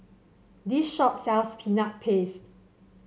this shop sells Peanut Paste